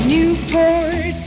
Newport